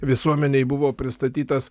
visuomenei buvo pristatytas